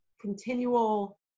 continual